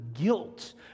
guilt